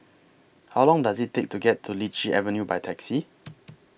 How Long Does IT Take to get to Lichi Avenue By Taxi